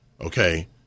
okay